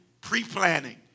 Pre-planning